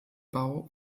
bau